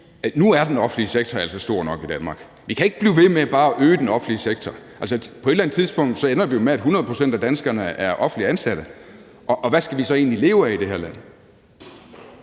nu er den offentlige sektor altså stor nok i Danmark. Vi kan ikke blive ved med bare at øge den offentlige sektor – altså, på et eller andet tidspunkt ender vi jo med, at 100 pct. af danskerne er offentligt ansatte, og hvad skal vi så egentlig leve af i det her land?